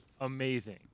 amazing